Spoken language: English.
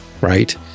right